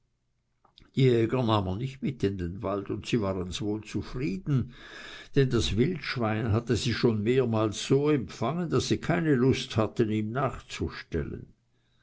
nahm er nicht mit in den wald und sie warens wohl zufrieden denn das wildschwein hatte sie schon mehrmals so empfangen daß sie keine lust hatten ihm nachzustellen